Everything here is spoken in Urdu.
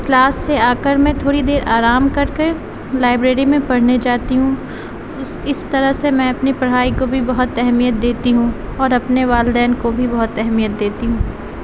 کلاس سے آ کر میں تھوڑی دیر آرام کر کے لائبریری میں پڑھنے جاتی ہوں اس اس طرح سے میں اپنی پڑھائی کو بھی بہت اہمیت دیتی ہوں اور اپنے والدین کو بھی بہت اہمیت دیتی ہوں